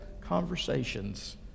conversations